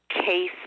case